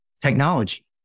technology